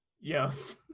Yes